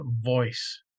voice